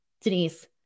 Denise